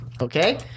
Okay